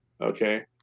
Okay